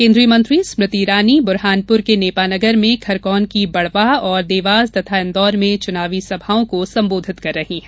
केन्द्रीय मंत्री स्मृति ईरानी बूरहानपुर के नेपानगर में खरगोन की बड़वाह और देवास तथा इन्दौर में चुनाव सभा को संबोधित कर रही हैं